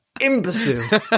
imbecile